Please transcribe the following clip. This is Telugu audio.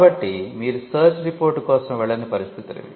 కాబట్టి మీరు సెర్చ్ రిపోర్ట్ కోసం వెళ్ళని పరిస్థితులు ఇవి